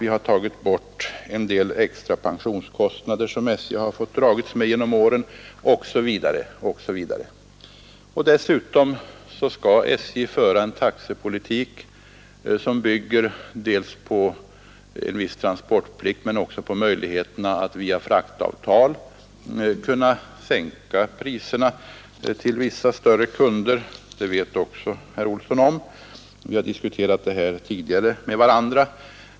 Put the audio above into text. Vi har tagit bort en del extra pensionskostnader som SJ fått dras med genom åren osv., osv. Dessutom skall SJ föra en taxepolitik som bl.a. bygger på möjligheterna att via fraktavtal sänka priserna för vissa större kunder. Det vet också herr Olsson om. Vi har diskuterat detta tidigare med varandra.